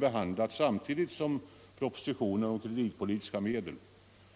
behandlat samtidigt med propositionen om kreditpolitiska medel.